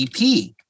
EP